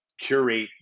curate